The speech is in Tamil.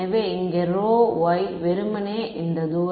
எனவே இங்கே ரோ ஒய் வெறுமனே இந்த தூரம் r r'